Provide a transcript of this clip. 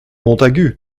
montagu